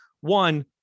one